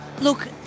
look